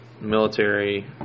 military